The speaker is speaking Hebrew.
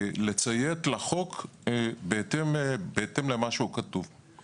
לציית לחוק בהתאם לכתוב בו.